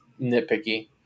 nitpicky